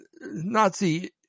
Nazi